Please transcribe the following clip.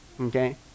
okay